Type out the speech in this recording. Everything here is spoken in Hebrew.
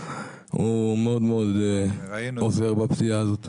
הוא מאוד מאוד עוזר בפציעה הזאת.